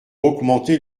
augmenter